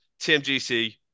TMGC